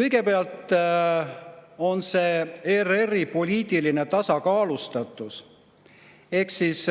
Kõigepealt on see ERR-i poliitiline tasakaalustatus ehk siis